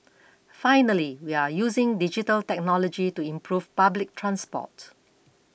finally we are using digital technology to improve public transport